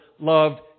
loved